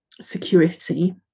security